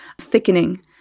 thickening